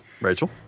Rachel